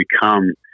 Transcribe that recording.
become